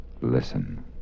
Listen